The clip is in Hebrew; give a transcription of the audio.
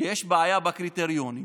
שיש בעיה בקריטריונים.